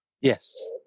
Yes